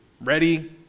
ready